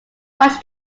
watch